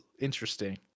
interesting